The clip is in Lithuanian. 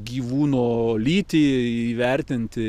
gyvūno lytį įvertinti